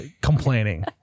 Complaining